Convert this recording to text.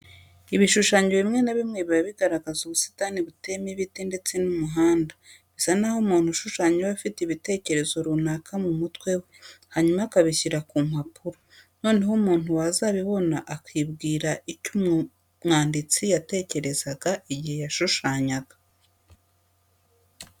Ibishushanyo bimwe na bimwe biba bigaragaza ubusitani buteyemo ibiti ndetse n'umuhanda. Bisa naho umuntu ushushanya aba afite ibitekerezo runaka mu mutwe we, hanyuma akabishyira ku mpapuro, noneho umuntu wazabibona akibwira icyo umwanditsi yatekerezaga igihe yashushanyaga.